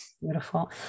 Beautiful